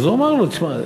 הוא אמר לו: תשמע,